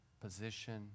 position